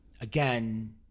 Again